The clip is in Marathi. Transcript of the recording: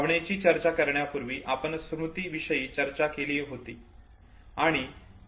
भावनेची चर्चा करण्यापूर्वी आपण स्मृती विषयी चर्चा केली होती